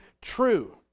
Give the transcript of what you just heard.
true